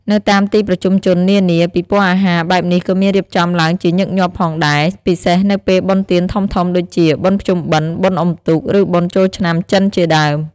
នៅតាមទីប្រជុំជននានា ពិព័រណ៍អាហារបែបនេះក៏មានរៀបចំឡើងជាញឹកញាប់ផងដែរ ពិសេសនៅពេលបុណ្យទានធំៗដូចជា បុណ្យភ្ជុំបិណ្ឌ បុណ្យអុំទូក ឬបុណ្យចូលឆ្នាំចិនជាដើម។